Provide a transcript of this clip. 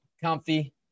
comfy